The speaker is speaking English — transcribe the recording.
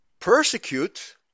Persecute